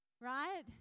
right